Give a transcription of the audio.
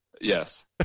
yes